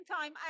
time